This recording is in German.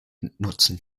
nutzen